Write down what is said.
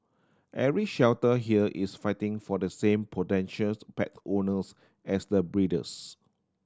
every shelter here is fighting for the same potential pet owners as the breeders